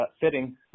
fitting